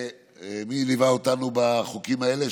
ומי ליווה אותנו בחוקים האלה?